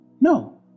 No